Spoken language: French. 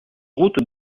route